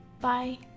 Bye